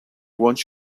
want